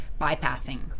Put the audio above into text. bypassing